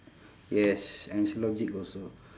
yes and it's logic also